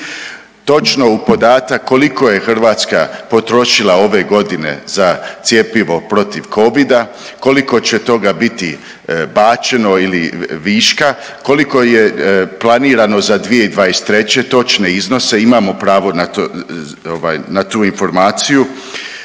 točno u podatak koliko je Hrvatska potrošila ove godine za cjepivo protiv covida, koliko će toga biti bačeno ili viška, koliko je planirano za 2023. točne iznose. Imamo pravo na tu informaciju.